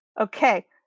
okay